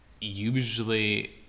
usually